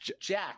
Jack